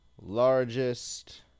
Largest